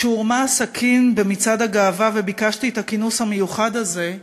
כשהורמה הסכין במצעד הגאווה וביקשתי את הכינוס המיוחד הזה,